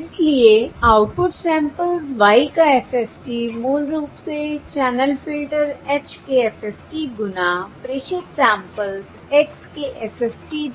इसलिए output samples Y का FFT मूल रूप से चैनल फ़िल्टर h के FFT गुणा प्रेषित सैंपल्स x के FFT